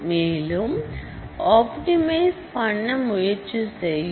மேலும் ஆப்டிமைஸ் பண்ண முயற்சி செய்யும்